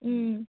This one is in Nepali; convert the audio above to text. अँ